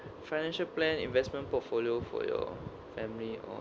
financial plan investment portfolio for your family or